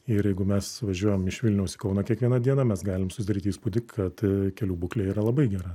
ir jeigu mes važiuojam iš vilniaus į kauną kiekvieną dieną mes galim susidaryti įspūdį kad kelių būklė yra labai gera